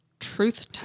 Truth